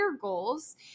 goals